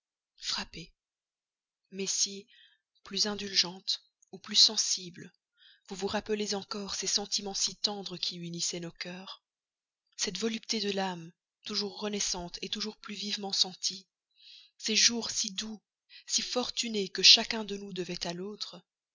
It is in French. frappez mais si plus indulgente ou plus sensible vous vous rappelez encore ces sentiments si tendres qui unissaient nos cœurs cette volupté de l'âme toujours renaissante toujours plus vivement sentie ces jours si doux si fortunés que chacun de nous devait à l'autre